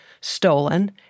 stolen